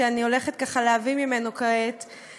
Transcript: שאני הולכת להביא ממנו כעת,